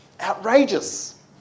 Outrageous